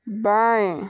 बाएं